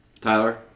Tyler